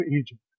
Egypt